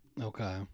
okay